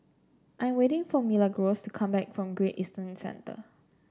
I'm waiting for Milagros to come back from Great Eastern Centre